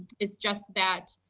it's just that,